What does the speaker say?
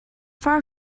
far